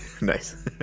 nice